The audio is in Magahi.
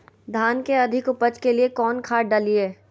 धान के अधिक उपज के लिए कौन खाद डालिय?